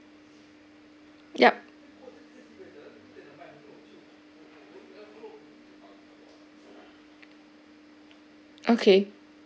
yup okay